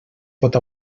pot